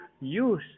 use